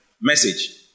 Message